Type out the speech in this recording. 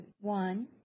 one